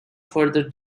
further